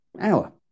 hour